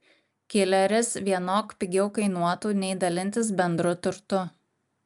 kileris vienok pigiau kainuotų nei dalintis bendru turtu